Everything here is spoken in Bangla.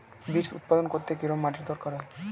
বিটস্ উৎপাদন করতে কেরম মাটির দরকার হয়?